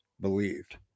believed